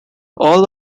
all